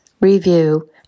review